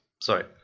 sorry